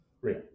real